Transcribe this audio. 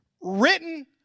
Written